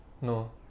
No